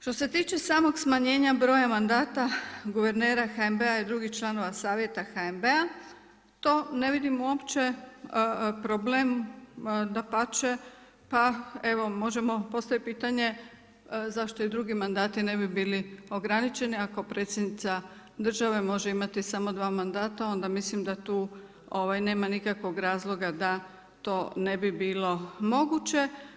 Što se tiče samog smanjenja broja mandata guvernera HNB-a i drugih članova Savjeta HNB-a to ne vidim uopće problem dapače, pa evo možemo postaviti pitanje, zašto i drugi mandati ne bi bili ograničeni ako predsjednica države može imati samo dva mandata, onda mislim da tu nema nikakvog razloga da to ne bi bilo moguće.